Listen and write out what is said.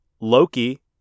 Loki